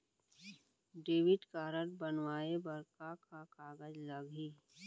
Debit card बनवाये बर का का कागज लागही?